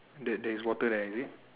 the there is water there is it